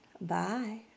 bye